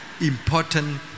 important